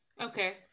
Okay